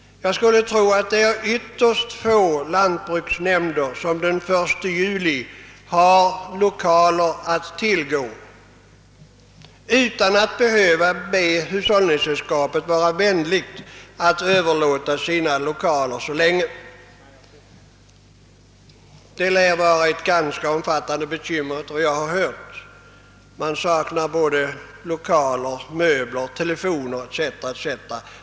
Jag skulle tro att det är ytterst få lantbruksnämnder som den 1 juli har lokaler att tillgå utan att behöva be hushållningssällskapen vara vänliga att överlåta sina lokaler under en övergångstid, Det lär efter vad jag har hört vara ett ganska omfattande bekymmer. Man saknar lokaler, möbler, telefoner etc.